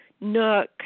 Nook